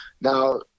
now